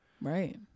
Right